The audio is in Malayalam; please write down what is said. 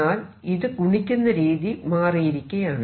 എന്നാൽ ഇത് ഗുണിക്കുന്ന രീതി മാറിയിരിക്കയാണ്